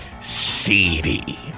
Seedy